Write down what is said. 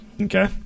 Okay